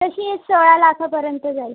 तशी एक सोळा लाखापर्यंत जाईल